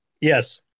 Yes